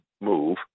move